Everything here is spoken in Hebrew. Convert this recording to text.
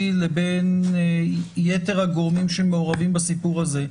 לבין יתר הגורמים שמעורבים בסיפור הזה,